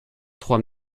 trois